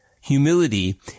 Humility